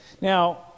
Now